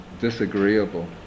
disagreeable